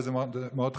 וזה מאוד חכם.